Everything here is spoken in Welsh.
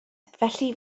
felly